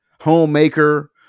homemaker